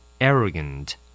arrogant